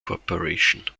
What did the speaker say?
corporation